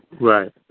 Right